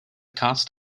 cost